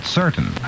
certain